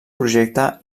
projecte